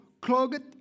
clogged